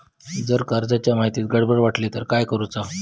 जर कर्जाच्या माहितीत गडबड वाटली तर काय करुचा?